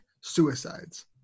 suicides